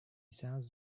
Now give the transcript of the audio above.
sounds